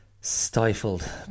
stifled